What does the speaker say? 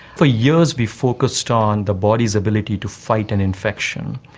for years we focused on the body's ability to fight an infection.